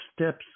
steps